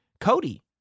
Cody